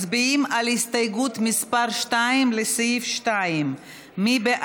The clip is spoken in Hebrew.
מצביעים על הסתייגות מס' 2, לסעיף 2, של חברי